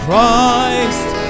Christ